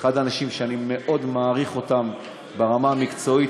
ואחד האנשים שאני מאוד מעריך ברמה המקצועית,